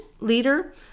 leader